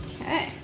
okay